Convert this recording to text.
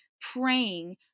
praying